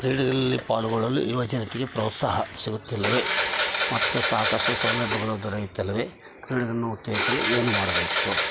ಕ್ರೀಡೆಯಲ್ಲಿ ಪಾಲ್ಗೊಳ್ಳಲು ಯುವ ಜನತೆಗೆ ಪ್ರೋತ್ಸಾಹ ಸಿಗುತ್ತಿಲ್ಲವೇ ಮತ್ತು ಸಾಕಷ್ಟು ಸೌಲಭ್ಯಗಳು ದೊರೆಯುತ್ತಿಲ್ಲವೇ ಕ್ರೀಡೆಯನ್ನು ಉತ್ತೇಜಿಸಲು ಏನು ಮಾಡಬೇಕು